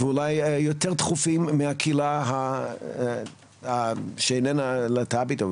ואולי יותר דחופים מהקהילה שאיננה להט"בית.